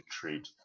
trade